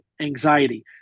anxiety